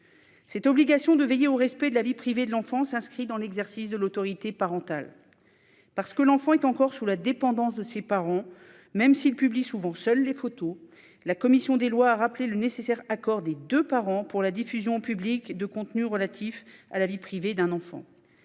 Cette obligation de veiller au respect de la vie privée de l'enfant s'inscrit dans l'exercice de l'autorité parentale. Parce que l'enfant est encore sous la dépendance de ses parents, même s'il publie souvent seul les photos, la commission des lois a rappelé le nécessaire accord des deux parents pour la diffusion au public de contenus relatifs la vie privée de l'enfant.